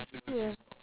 ya